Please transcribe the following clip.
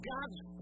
God's